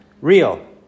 real